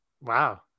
Wow